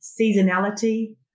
seasonality